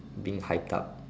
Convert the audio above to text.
being hyped up